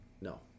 No